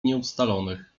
nieustalonych